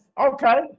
Okay